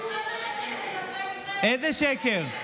איזה שקר?